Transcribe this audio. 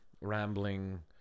rambling